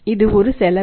இது ஒரு செலவு